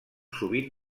sovint